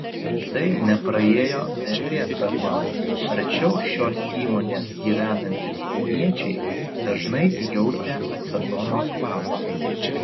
tai nepraėjo be pėdsako arčiau šios įmonės gyvenantys kauniečiai dažnai jautė acetono kvapą